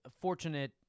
fortunate